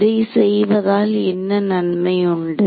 இதை செய்வதால் என்ன நன்மை உண்டு